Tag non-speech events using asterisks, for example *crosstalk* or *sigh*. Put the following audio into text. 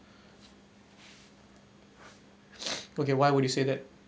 *breath* okay why would you say that